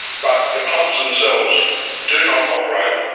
but the clubs themselves do not operate